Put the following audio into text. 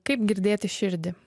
kaip girdėti širdį